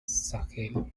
sahel